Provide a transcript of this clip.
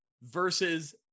versus